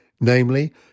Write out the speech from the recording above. namely